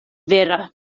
vera